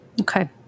Okay